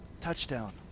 Touchdown